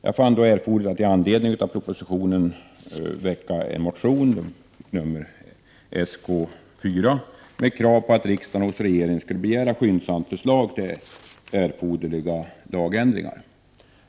Jag fann det då erforderligt att i anledning av propositionen väcka en motion, nr Sk4, med krav på att riksdagen hos regeringen skulle begära skyndsamt förslag till erforderliga lagändringar.